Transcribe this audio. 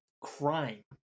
crime